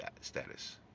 status